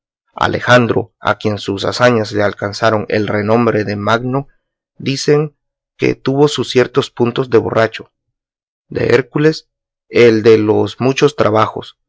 alejandro a quien sus hazañas le alcanzaron el renombre de magno dicen dél que tuvo sus ciertos puntos de borracho de hércules el de los muchos trabajos